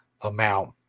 amount